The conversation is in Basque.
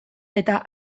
eta